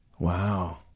Wow